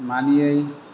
मानियै